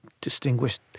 distinguished